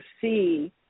see